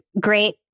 great